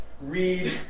read